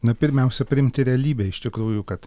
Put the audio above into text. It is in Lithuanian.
na pirmiausia priimti realybę iš tikrųjų kad